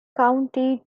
county